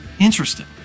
Interesting